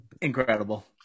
Incredible